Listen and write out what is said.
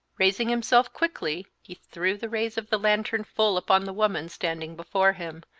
raising himself quickly, he threw the rays of the lantern full upon the woman standing before him,